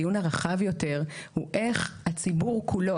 הדיון הרחב יותר הוא איך הציבור כולו,